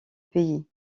pays